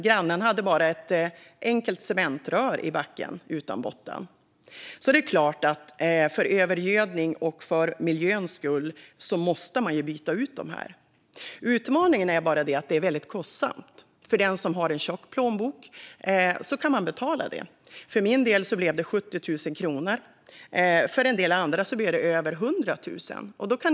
Grannen hade bara ett enkelt cementrör i backen, utan botten. Det är klart att man med tanke på övergödningen måste byta ut dessa för miljöns skull. Utmaningen är att det är väldigt kostsamt. Den som har en tjock plånbok kan betala för det. För min del blev det 70 000 kronor. För en del andra blir det över 100 000 kronor.